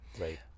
Right